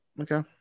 Okay